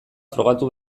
frogatu